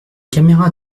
caméra